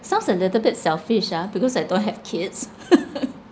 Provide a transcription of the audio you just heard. sounds a little bit selfish ah because I don't have kids